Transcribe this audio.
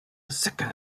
second